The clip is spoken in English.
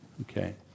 Okay